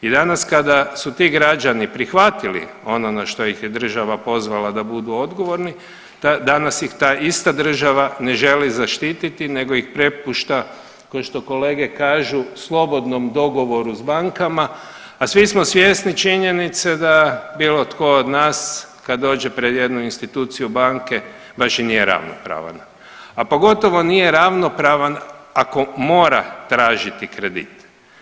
I danas kada su ti građani prihvatili ono na što ih je država pozvala da budu odgovorni, danas ih ta ista država ne želi zaštititi nego ih prepušta ko što kolege kažu slobodnom dogovoru s bankama, a svi smo svjesni činjenice da bilo tko od nas kad dođe pred jednu instituciju banke baš i nije ravnopravan, a pogotovo nije ravnopravan ako mora tražiti kredit.